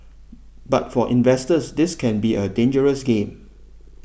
but for investors this can be a dangerous game